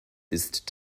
ist